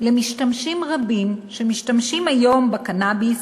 למשתמשים רבים שמשתמשים היום בקנאביס